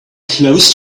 close